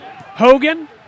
Hogan